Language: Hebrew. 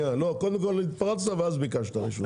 לא, קודם כל התפרצת ואז ביקשת רשות.